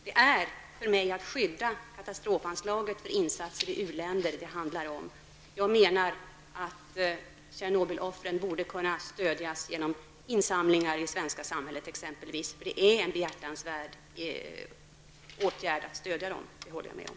Det hela handlar om att skydda katastrofanslaget för insatser i u-länder. Tjernobyloffren borde kunna stödjas med hjälp av insamlingar i det svenska samhället. Det är en behjärtansvärd åtgärd att stödja dem.